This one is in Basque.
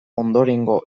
ondorengo